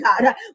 God